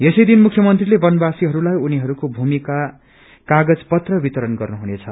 यसैदिन मुख्य मंत्रीले वनवासीहरूलाई उनीहरूको भूमिका कागज पत्र वितरण गर्नुहुनेछ